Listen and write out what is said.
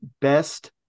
best